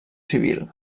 civil